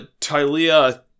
Tylea